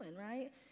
right